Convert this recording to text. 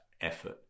effort